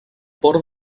port